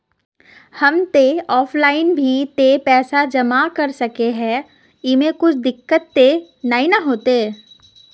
हम ते ऑफलाइन भी ते पैसा जमा कर सके है ऐमे कुछ दिक्कत ते नय न होते?